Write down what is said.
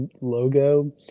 logo